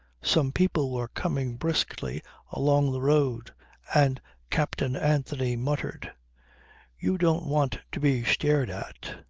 some people were coming briskly along the road and captain anthony muttered you don't want to be stared at.